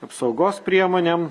apsaugos priemonėm